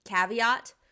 Caveat